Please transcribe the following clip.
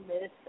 Miss